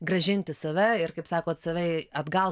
grąžinti save ir kaip sakot save atgal